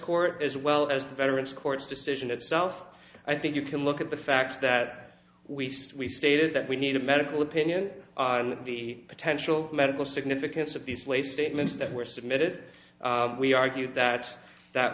court as well as the veterans court's decision itself i think you can look at the fact that we stated that we needed medical opinion on the potential medical significance of the slate statements that were submitted we argued that that